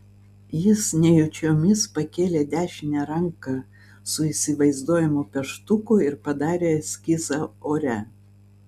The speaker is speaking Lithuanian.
jis nejučiomis pakėlė dešinę ranką su įsivaizduojamu pieštuku ir padarė eskizą ore